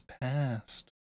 Past